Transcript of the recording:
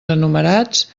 enumerats